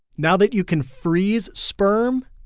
now that you can freeze sperm,